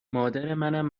مادرمنم